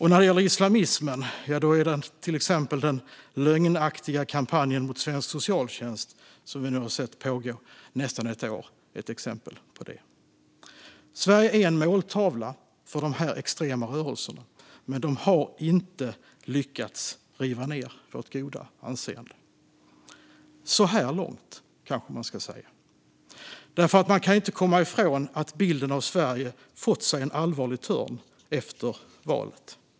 När det gäller islamismen handlar det till exempel om den lögnaktiga kampanjen mot svensk socialtjänst, som vi nu har sett pågå i nästan ett år. Sverige är en måltavla för extrema rörelser, men de har inte lyckats riva ned vårt goda anseende, så här långt. Man kan dock inte komma ifrån att bilden av Sverige har fått sig en allvarlig törn efter valet.